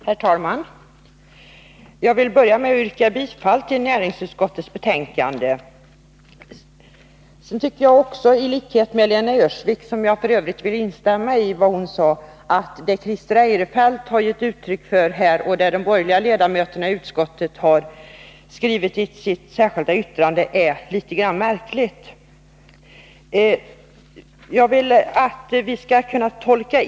Herr talman! Jag vill börja med att yrka bifall till näringsutskottets hemställan. I likhet med Lena Öhrsvik — vars anförande jag för övrigt vill instämma i — tycker jag att vad Christer Eirefelt har gett uttryck för och vad de borgerliga ledamöterna i utskottet har skrivit i sitt särskilda yttrande är litet grand märkligt.